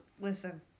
listen